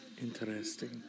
interesting